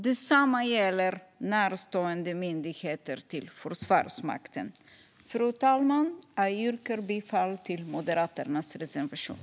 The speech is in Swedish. Detsamma gäller närstående myndigheter till Försvarsmakten. Fru talman! Jag yrkar bifall till Moderaternas reservation.